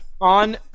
on